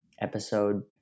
episode